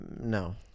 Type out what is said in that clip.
No